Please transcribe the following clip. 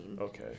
Okay